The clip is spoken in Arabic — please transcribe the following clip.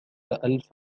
ألف